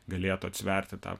galėtų atsverti tą